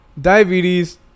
diabetes